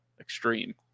extreme